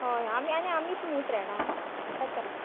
हय आनी आमीत न्ही फ्रेंडा